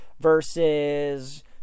Versus